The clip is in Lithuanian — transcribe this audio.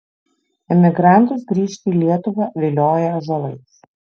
emigrantus grįžti į lietuvą vilioja ąžuolais